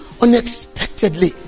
unexpectedly